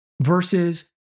versus